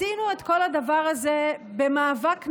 מצד אחד, עשינו את כל הדבר הזה במאבק נחוש,